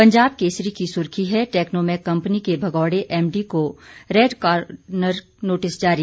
पंजाब केसरी की सुर्खी है टेक्नोमेक कंपनी के भगौड़े एमडी को रैड कॉर्नर नोटिस जारी